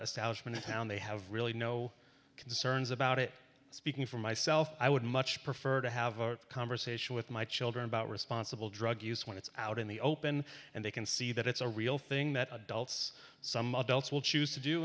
establishment now and they have really no concerns about it speaking for myself i would much prefer to have a conversation with my children about responsible drug use when it's out in the open and they can see that it's a real thing that adults some adults will choose to do